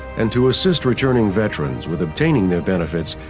and to assist returning veterans with obtaining their benefits,